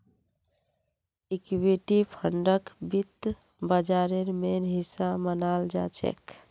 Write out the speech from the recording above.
equity फंडक वित्त बाजारेर मेन हिस्सा मनाल जाछेक